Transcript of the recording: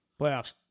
Playoffs